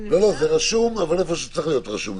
לא, זה רשום אבל איפה שצריך להיות רשום.